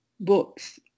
books